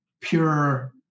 pure